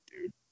dude